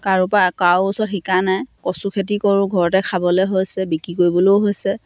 কাৰো পৰা কাৰো ওচৰত শিকা নাই কচু খেতি কৰোঁ ঘৰতে খাবলৈ হৈছে বিক্ৰী কৰিবলৈও হৈছে